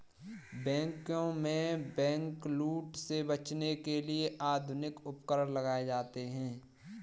बैंकों में बैंकलूट से बचने के लिए आधुनिक उपकरण लगाए जाते हैं